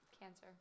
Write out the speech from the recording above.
Cancer